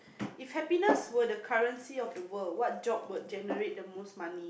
if happiness were the currency of the world what job would generate the most money